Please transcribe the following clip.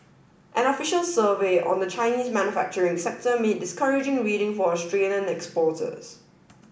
an official survey on the Chinese manufacturing sector made discouraging reading for Australian exporters